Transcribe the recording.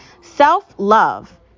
Self-love